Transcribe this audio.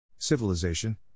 civilization